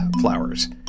flowers